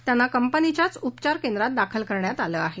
त्यांना कंपनीच्याच उपचारकेंद्रात दाखल करण्यात आलं आहे